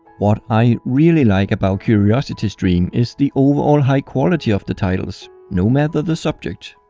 what i really like about curiositystream is the overall high quality of the titles no matter the subject.